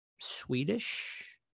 Swedish